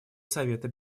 совета